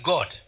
God